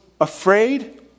afraid